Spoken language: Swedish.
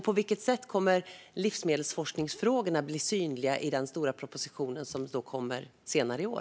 På vilket sätt kommer livsmedelsforskningsfrågorna att bli synliga i den stora proposition som kommer senare i år?